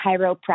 chiropractic